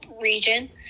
region